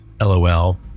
lol